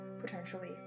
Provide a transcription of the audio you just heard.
potentially